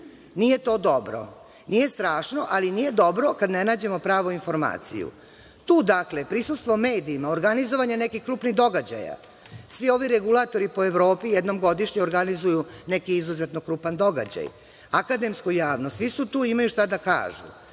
Nije to dobro, nije strašno, ali nije dobro kad ne nađemo pravu informaciju. Tu dakle, prisustvo medijima, organizovanje nekih krupnih događaja, svi ovi regulatori po Evropi jednom godišnje organizuju neki izuzetno krupan događaj, akademsku javnost, svi su tu i imaju šta da kažu,